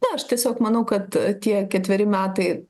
ne aš tiesiog manau kad tie ketveri metai